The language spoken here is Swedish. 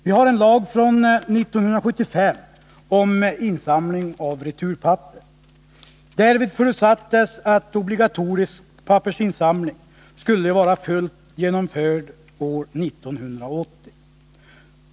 Vi har en lag från 1975 om insamling av returpapper. I samband med beslutet om den förutsattes att obligatorisk pappersinsamling skulle vara fullt genomförd år 1980.